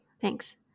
thanks